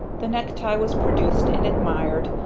the necktie was produced and admired,